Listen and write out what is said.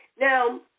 Now